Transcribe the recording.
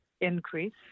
increase